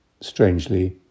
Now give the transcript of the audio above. strangely